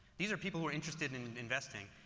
these are people who are interested in investing,